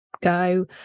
go